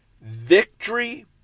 victory